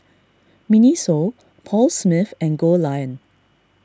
Miniso Paul Smith and Goldlion